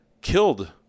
killed